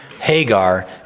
Hagar